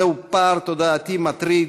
זהו פער תודעתי מטריד,